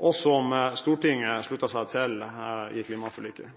og som Stortinget sluttet seg til i klimaforliket.